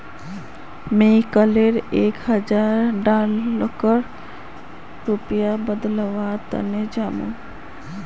मी कैल एक हजार डॉलरक रुपयात बदलवार तने जामु